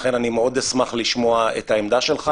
לכן אני מאוד אשמח לשמוע את העמדה שלך,